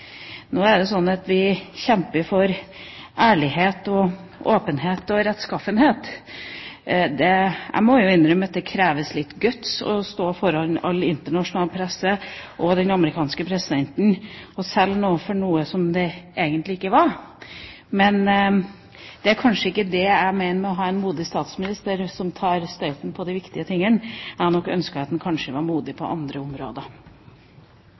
Vi kjemper for ærlighet, åpenhet og rettskaffenhet. Jeg må innrømme at det kreves litt «guts» å stå foran internasjonal presse og den amerikanske presidenten og selge noe for noe det egentlig ikke var. Men det er kanskje ikke det jeg mener med å ha en modig statsminister som tar støyten for de viktige tingene. Jeg hadde kanskje ønsket at han var modig på andre områder.